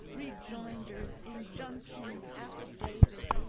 rejoinders, injunctions, affidavits,